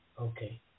Okay